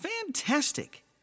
Fantastic